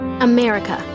America